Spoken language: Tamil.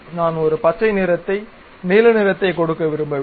நான் ஒரு பச்சை நிறத்தை நீல நிறத்தை கொடுக்க விரும்பவில்லை